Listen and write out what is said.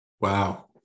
Wow